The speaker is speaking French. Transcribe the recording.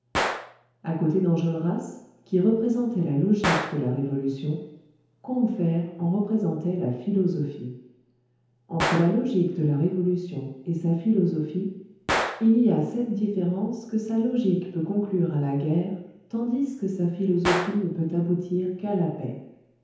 à côté d'enjolras qui représentait la logique de la révolution combeferre en représentait la philosophie entre la logique de la révolution et sa philosophie il y a cette différence que sa logique peut conclure à la guerre tandis que sa philosophie ne peut aboutir qu'à la paix